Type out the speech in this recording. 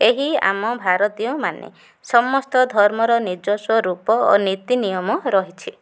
ଏହି ଆମ ଭାରତୀୟମାନେ ସମସ୍ତ ଧର୍ମର ନିଜସ୍ୱ ରୂପ ଓ ନୀତି ନିିୟମ ରହିଛି